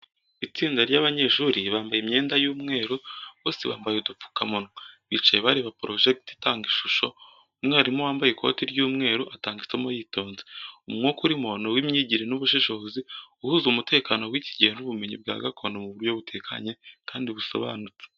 Itsinda ry’abanyeshuri bambaye imyenda y’umweru, bose bambaye udupfukamunwa, bicaye bareba projector itanga ishusho. Umwarimu wambaye ikoti ry’umweru atanga isomo yitonze. Umwuka urimo ni uw’imyigire n’ubushishozi, uhuza umutekano w’iki gihe n’ubumenyi bwa gakondo mu buryo butekanye kandi busobanutse.